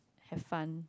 have fun